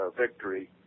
victory